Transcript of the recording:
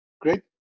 great